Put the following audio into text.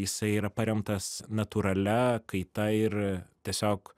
jisai yra paremtas natūralia kaita ir tiesiog